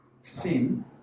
sin